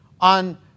on